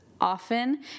often